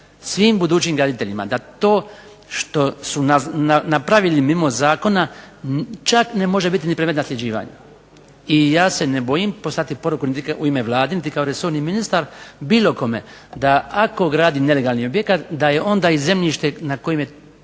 svim budućim graditeljima da to što su napravili mimo zakona čak ne može biti predmet nasljeđivanja. I ja se ne bojim poslati poruku u ime Vlade niti kao resorni ministar, bilo kome da ako gradi nelegalni objekat da je onda i zemljište na kojem je